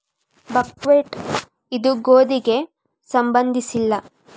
buckwheat ಇದು ಗೋಧಿಗೆ ಸಂಬಂಧಿಸಿಲ್ಲ